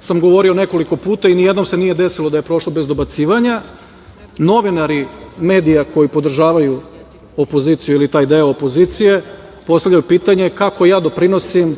sam govorio nekoliko puta i nijednom se nije desilo da je prošlo bez dobacivanja, novinari medija koji podržavaju opoziciju ili taj deo opozicije postavljaju pitanje - kako ja doprinosim